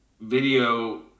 video –